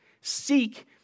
Seek